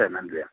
சரி நன்றியா